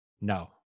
no